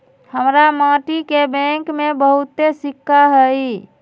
हमरा माटि के बैंक में बहुते सिक्का हई